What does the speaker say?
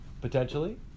potentially